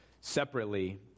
separately